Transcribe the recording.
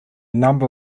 number